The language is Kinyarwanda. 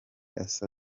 asa